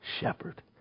shepherd